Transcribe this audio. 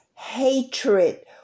hatred